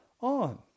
on